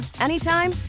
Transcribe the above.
anytime